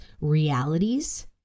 realities